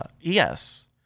yes